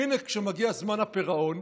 והינה, כשמגיע זמן הפירעון,